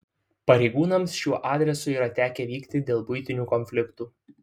pareigūnams šiuo adresu yra tekę vykti dėl buitinių konfliktų